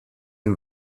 den